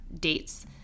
dates